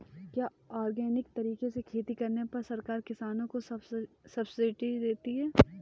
क्या ऑर्गेनिक तरीके से खेती करने पर सरकार किसानों को सब्सिडी देती है?